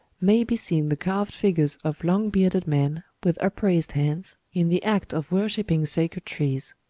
may be seen the carved figures of long-bearded men, with upraised hands, in the act of worshipping sacred trees.